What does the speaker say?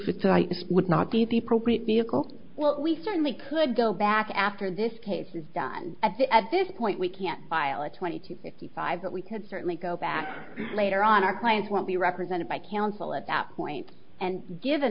i would not be the pro create vehicle well we certainly could go back after this case is done at the at this point we can't file a twenty to fifty five but we could certainly go back later on our clients won't be represented by counsel at that point and given